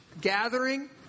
gathering